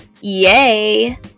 Yay